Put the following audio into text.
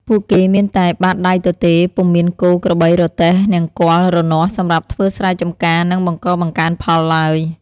ពួកគេមានតែបាតដៃទទេ ពុំមានគោ ក្របី រទេះ នង្គ័ល រនាស់ សម្រាប់ធ្វើស្រែចម្ការ និងបង្កបង្កើនផលឡើយ។